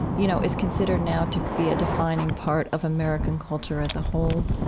you know is considered now to be a defining part of american culture as a whole?